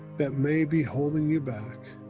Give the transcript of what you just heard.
that may be holding you back,